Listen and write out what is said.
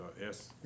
Yes